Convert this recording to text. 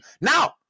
Now